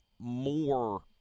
more